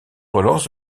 relance